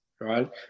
right